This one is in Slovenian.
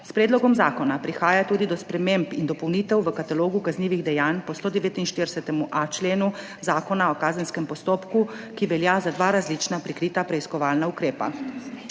S predlogom zakona prihaja tudi do sprememb in dopolnitev v katalogu kaznivih dejanj po 149.a členu Zakona o kazenskem postopku, ki velja za dva različna prikrita preiskovalna ukrepa,